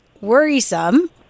worrisome